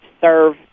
serve